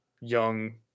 young